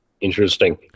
Interesting